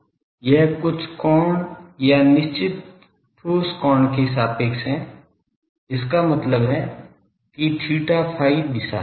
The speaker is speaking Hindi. लेकिन यह कुछ कोण या निश्चित ठोस कोण के सापेक्ष है इसका मतलब है कि theta phi दिशा